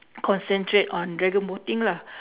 concentrate on dragon boating lah